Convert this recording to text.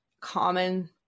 common